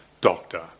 doctor